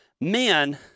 men